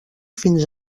fins